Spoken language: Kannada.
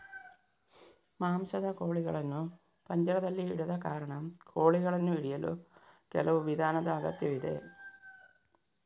ಮಾಂಸದ ಕೋಳಿಗಳನ್ನು ಪಂಜರದಲ್ಲಿ ಇಡದ ಕಾರಣ, ಕೋಳಿಗಳನ್ನು ಹಿಡಿಯಲು ಕೆಲವು ವಿಧಾನದ ಅಗತ್ಯವಿದೆ